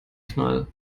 knall